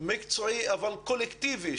מקצועי אבל קולקטיבי,